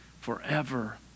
Forever